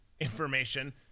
information